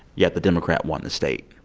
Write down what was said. yet the democrat won the state.